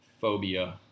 phobia